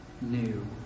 new